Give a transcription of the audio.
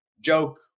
joke